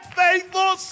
faithful